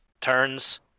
turns